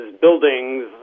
buildings